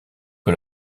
que